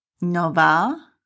nova